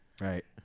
Right